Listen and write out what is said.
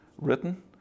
written